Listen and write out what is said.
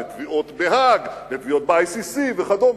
לתביעות בהאג, לתביעות ב-ICC וכדומה,